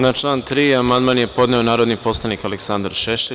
Na član 3. amandman je podneo narodni poslanik Aleksandar Šešelj.